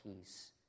peace